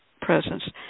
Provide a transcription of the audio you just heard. presence